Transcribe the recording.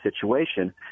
situation